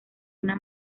una